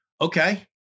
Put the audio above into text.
Okay